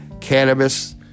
cannabis